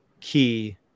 key